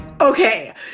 Okay